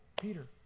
Peter